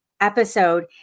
episode